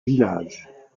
village